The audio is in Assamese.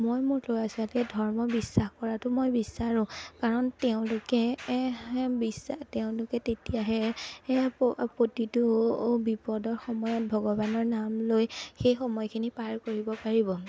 মই মোৰ ল'ৰা ছোৱালীয়ে ধৰ্ম বিশ্বাস কৰাটো মই বিচাৰোঁ কাৰণ তেওঁলোকে বি তেওঁলোকে তেতিয়াহে প্ৰতিটো বিপদৰ সময়ত ভগৱানৰ নাম লৈ সেই সময়খিনি পাৰ কৰিব পাৰিব